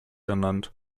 ernannt